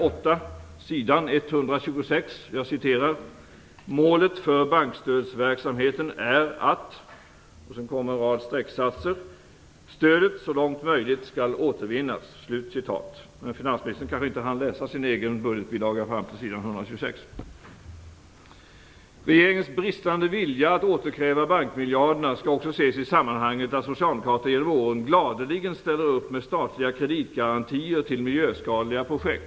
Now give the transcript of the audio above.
8, s. 126: "Målen för bankstödsverksamheten är att - stödet så långt möjligt skall återvinnas." Men finansministern kanske inte hann läsa sin egen budgetbilaga fram till sidan 126. Regeringens bristande vilja att återkräva bankmiljarderna skall också ses i sammanhanget att socialdemokrater genom åren gladeligen ställt upp med statliga kreditgarantier till miljöskadliga projekt.